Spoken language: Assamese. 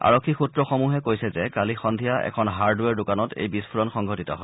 আৰক্ষী সূত্ৰসমূহে কৈছে যে কালি সদ্ধিয়া এখন হাৰ্ডওৱেৰ দোকানত এই বিস্ফোৰণ সংঘটিত হয়